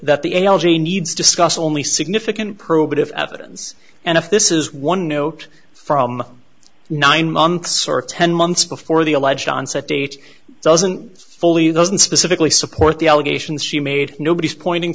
that the l g needs discussed only significant probative evidence and if this is one note from nine months or ten months before the alleged onset date doesn't fully those and specifically support the allegations she made nobody is pointing